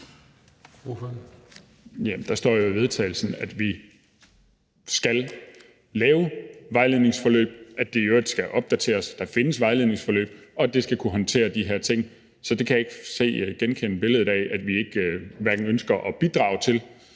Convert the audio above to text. til vedtagelse, at vi skal lave læringsforløb, som i øvrigt skal opdateres, for der findes læringsforløb, og at det skal kunne håndtere de her ting. Så jeg kan ikke genkende billedet af, at vi hverken ønsker at bidrage til